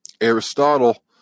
Aristotle